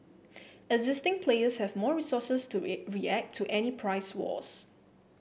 existing players have more resources to react to any price wars